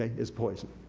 is poison.